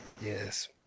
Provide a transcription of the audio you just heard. Yes